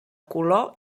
color